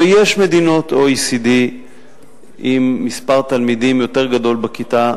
ויש מדינות OECD עם מספר תלמידים יותר גדול בכיתה,